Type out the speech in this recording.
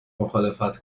مخالفت